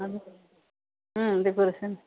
decoration